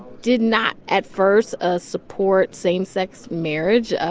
did not at first ah support same-sex marriage.